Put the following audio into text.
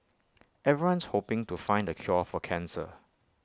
everyone's hoping to find the cure for cancer